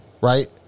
Right